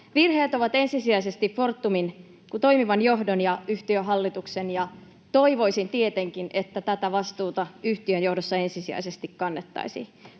Virheet ovat ensisijaisesti Fortumin toimivan johdon ja yhtiön hallituksen, ja toivoisin tietenkin, että tätä vastuuta yhtiön johdossa ensisijaisesti kannettaisiin.